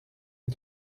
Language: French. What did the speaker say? les